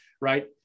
right